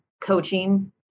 coaching